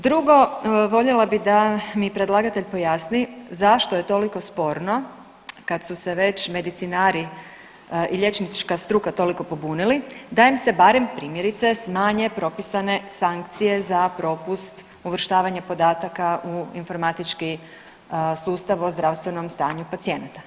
Drugo, voljela bi da mi predlagatelj pojasni zašto je toliko sporno kad su se već medicinari i liječnička struka toliko pobunili da im se barem primjerice smanje propisane sankcije za propust uvrštavanja podataka u informatički sustav o zdravstvenom stanju pacijenata.